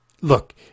look